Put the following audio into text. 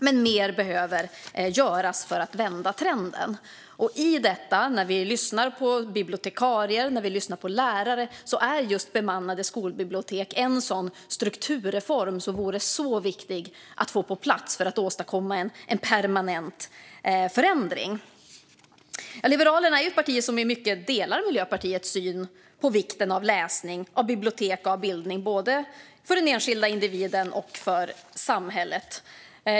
Men mer behöver göras för att vända trenden. Enligt bibliotekarier och lärare är just bemannade skolbibliotek en sådan strukturreform som vore viktig att få på plats för att åstadkomma en permanent förändring. Liberalerna är ett parti som i mycket delar Miljöpartiets syn på vikten av läsning, bibliotek och bildning för den enskilda individen och för samhället.